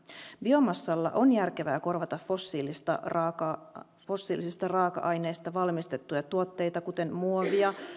biomassalla on järkevää korvata fossiilisista raaka fossiilisista raaka aineista valmistettuja tuotteita kuten muovia